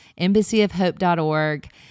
embassyofhope.org